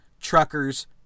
Truckers